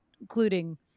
including